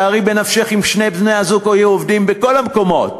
שערי בנפשך אם שני בני-הזוג היו עובדים בכל המקומות,